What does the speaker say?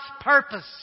purpose